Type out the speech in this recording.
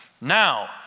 Now